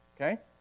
Okay